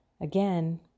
Again